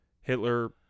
Hitler